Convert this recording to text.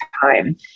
time